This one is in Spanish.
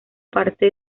parte